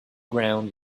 ground